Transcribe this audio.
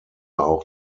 auch